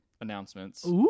announcements